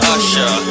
Usher